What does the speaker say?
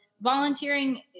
volunteering